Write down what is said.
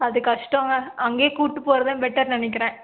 அது கஷ்டம்ங்க அங்கையே கூட்டி போவது தான் பெட்டர் நினைக்கிறேன்